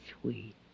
sweet